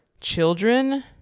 children